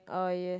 oh yes